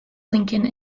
lincoln